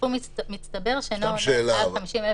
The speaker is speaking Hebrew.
בסכום מצטבר שאינו עולה על 50,000